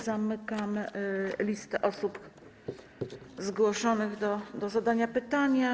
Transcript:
Zamykam listę osób zgłoszonych do zadania pytania.